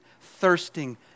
thirsting